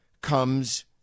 comes